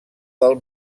del